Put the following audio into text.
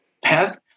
path